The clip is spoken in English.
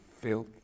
filth